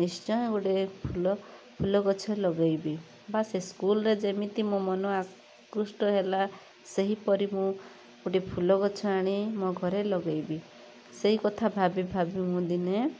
ନିଶ୍ଚୟ ଗୋଟେ ଫୁଲ ଫୁଲ ଗଛ ଲଗେଇବି ବା ସେ ସ୍କୁଲ୍ ରେ ଯେମିତି ମୋ ମନ ଆକୃଷ୍ଟ ହେଲା ସେହିପରି ମୁଁ ଗୋଟେ ଫୁଲ ଗଛ ଆଣି ମୋ ଘରେ ଲଗେଇବି ସେଇ କଥା ଭାବି ଭାବି ମୁଁ ଦିନେ